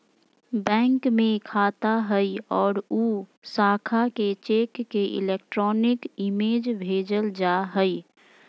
bank में खाता हइ और उ शाखा के चेक के इलेक्ट्रॉनिक इमेज भेजल जा हइ